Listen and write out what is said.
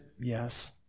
yes